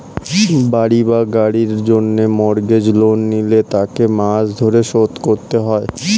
বাড়ি বা গাড়ির জন্য মর্গেজ লোন নিলে তাকে মাস ধরে শোধ করতে হয়